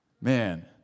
Man